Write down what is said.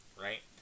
right